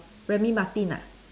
Remy Martin ah